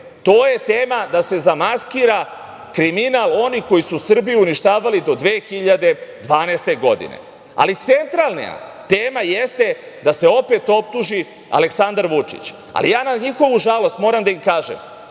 To je tema, da se zamaskira kriminal onih koji su Srbiju uništavali do 2012. godine. Ali, centralna tema jeste da se opet optuži Aleksandar Vučić. Na njihovu žalost, moram da im kažem